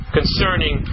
concerning